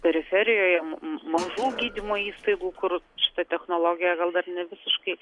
periferijoje ma mažų gydymo įstaigų kur šita technologija gal dar ne visiškai